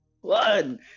One